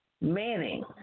Manning